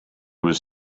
was